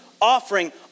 offering